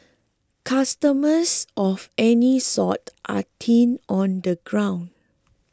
customers of any sort are thin on the ground